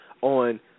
on